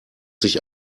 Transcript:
sich